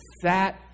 sat